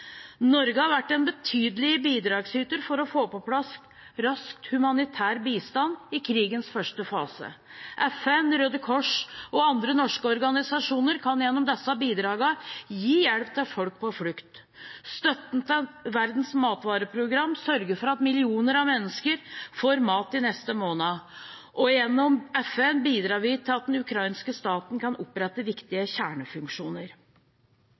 Norge har vært en betydelig bidragsyter for å få på plass rask humanitær bistand i krigens første fase. FN, Røde Kors og andre norske organisasjoner kan gjennom disse bidragene gi hjelp til folk på flukt. Støtten til Verdens matvareprogram sørger for at millioner av mennesker får mat de neste månedene, og gjennom FN bidrar vi til at den ukrainske staten kan opprette viktige kjernefunksjoner.